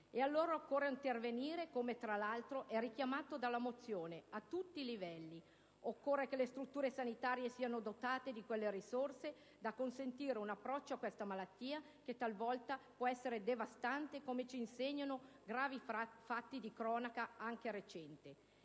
Allora occorre intervenire così come, peraltro, è richiamato dalla mozione, a tutti i livelli. Occorre che le strutture sanitarie siano dotate di quelle risorse tali da consentire un approccio a questa malattia, che talvolta può essere devastante, come ci insegnano gravi fatti di cronaca, anche recente.